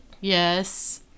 yes